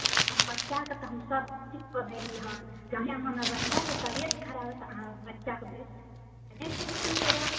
इस्कुलमे हम बच्चाके तऽ सभचीज कऽ देली हन कहलियै अहाँ हमरा बच्चाके तबियत खराब हइ तऽ अहाँ बच्चाके इस्कुल नहि भेजतियै रहए